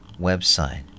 website